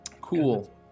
Cool